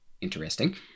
Interesting